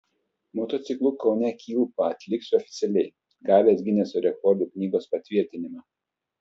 motociklu kaune kilpą atliksiu oficialiai gavęs gineso rekordų knygos patvirtinimą